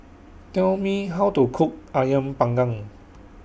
Tell Me How to Cook Ayam Panggang